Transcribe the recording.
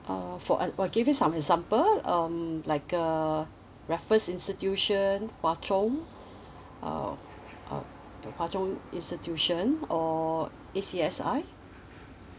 uh for an I'll give you some example um like uh raffles institution hwa chong uh uh hwa chong institution or A_C_S_I